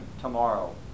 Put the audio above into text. tomorrow